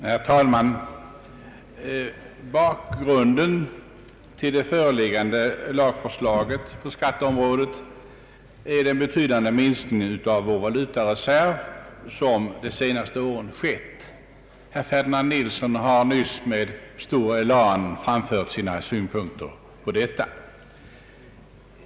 Herr talman! Bakgrunden till det föreliggande lagförslaget på skatteområdet är den betydande minskning av vår valutareserv som har skett under det senaste året. Herr Ferdinand Nilsson har nyss med stor elan framfört sina synpunkter härvidlag.